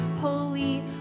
holy